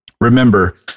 Remember